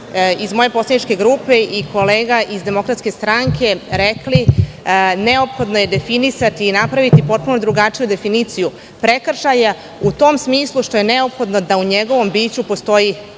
iz moje poslaničke grupe, i kolega iz DS rekli, neophodno je definisati i napraviti potpuno drugačiju definiciju prekršaja, u tom smislu što je neophodno da u njegovom biću postoji